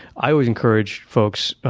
i always encourage folks,